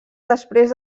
després